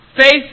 Faith